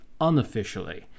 unofficially